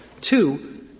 Two